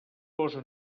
posa